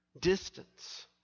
distance